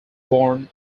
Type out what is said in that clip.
born